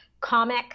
comic